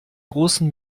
großen